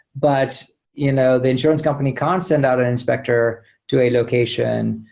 but you know the insurance company can't send out a inspector to a location.